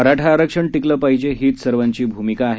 मराठा आरक्षण टिकले पाहिजे हीच सर्वांची भूमिका आहे